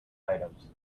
items